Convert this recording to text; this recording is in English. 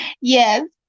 Yes